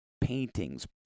paintings